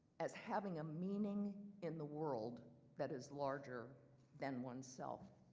as having a meaning in the world that is larger than oneself.